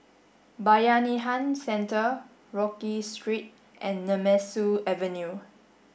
Bayanihan Centre Rodyk Street and Nemesu Avenue